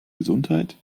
gesundheit